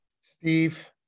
Steve